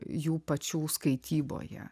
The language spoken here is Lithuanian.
jų pačių skaityboje